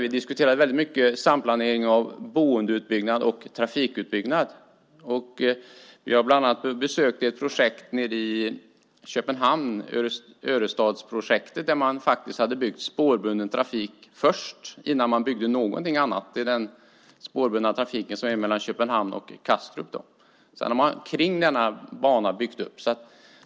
Vi diskuterade mycket samplanering av boendeutbyggnad och trafikutbyggnad. Vi besökte bland annat ett projekt i Köpenhamn, Örestadsprojektet, där den spårbundna trafiken hade byggts först innan något annat byggdes. Det är den spårbundna trafiken mellan Köpenhamn och Kastrup. Sedan har det byggts omkring banan.